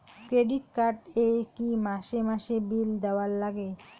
Credit card এ কি মাসে মাসে বিল দেওয়ার লাগে?